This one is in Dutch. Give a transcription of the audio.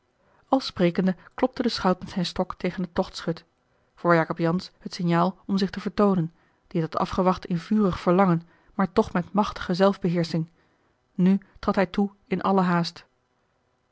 al sprekende klopte de schout met zijn stok tegen het tochtschut voor jacob jansz het signaal om zich te vertoonen die het had afgewacht in vurig verlangen maar toch met machtige zelfbeheersching nu trad hij toe in alle haast